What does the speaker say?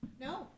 No